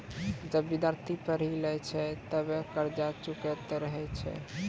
जबे विद्यार्थी पढ़ी लै छै तबे कर्जा चुकैतें रहै छै